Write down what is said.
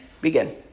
Begin